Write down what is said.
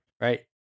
right